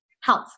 health